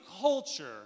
culture